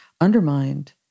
undermined